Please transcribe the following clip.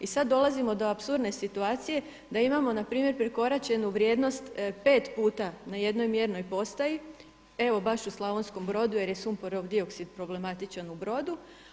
I sad dolazimo do apsurdne situacije da imamo na primjer prekoračenu vrijednost pet puta na jednoj mjernoj postaji, evo baš u Slavonskom Brodu jer je sumporov dioksid problematičan u Brodu.